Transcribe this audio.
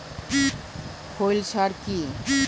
খৈল সার কি?